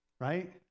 right